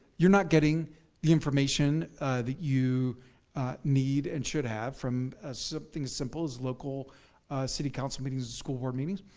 you're not getting the information that you need and should have from ah something as simple as local city council meetings and school board meetings,